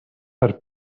per